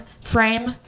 frame